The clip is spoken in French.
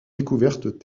découvertes